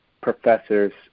professor's